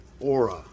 aura